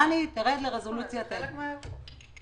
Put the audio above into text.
רני, רד לרזולוציה טכנית.